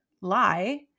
lie